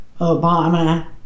Obama